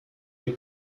une